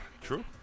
True